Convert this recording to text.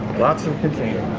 lot so of containers.